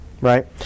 Right